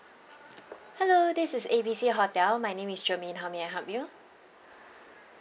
hello this is A B C hotel my name is germaine how may I help you